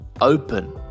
open